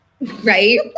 right